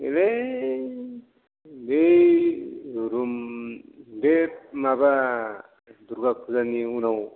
नैलै बै रुम बे माबा दुरगा फुजानि उनाव